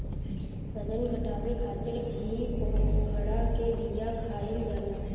बजन घटावे खातिर भी कोहड़ा के बिया खाईल जाला